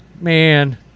Man